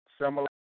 similar